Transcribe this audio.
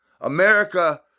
America